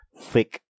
Thick